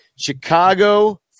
Chicago